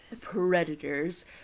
Predators